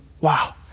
wow